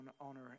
honor